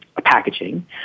packaging